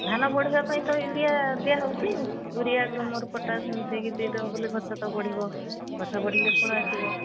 ଧାନ ବଢ଼ିବା ପାଇଁ ତ ୟୁରିଆ ଦିଆ ହଉଚି ୟୁରିଆ ଗ୍ରୋମର ପଟାସ୍ ମିଶେଇକି ଦେଇଦବ ବୋଲି ଗଛ ତ ବଢ଼ିବ ଗଛ ବଢ଼ିଲେ ଫଳ ଆସିବ